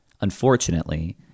unfortunately